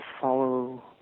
follow